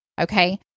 Okay